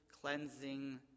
cleansing